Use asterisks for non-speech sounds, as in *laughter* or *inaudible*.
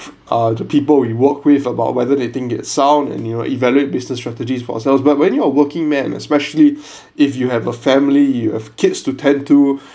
uh the people we work with about whether they think it sound and you will evaluate business strategies for ourselves but when you're working men especially *breath* if you have a family you have kids to tend to